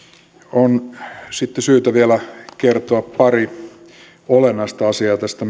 on sitten syytä vielä kertoa pari olennaista asiaa tästä